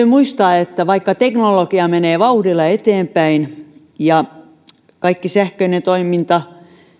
muistaa että vaikka teknologia menee vauhdilla eteenpäin ja kaikki sähköinen toiminta